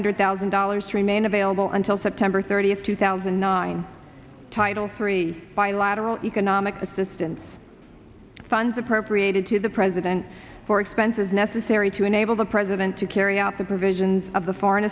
hundred thousand dollars remain available until september thirtieth two thousand and nine title three bilateral economic assistance funds appropriated to the president for expenses necessary to enable the president to carry out the provisions of the foreign